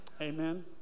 Amen